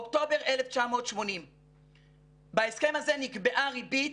אוקטובר 1980. בהסכם הזה נקבעה ריבית